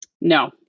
No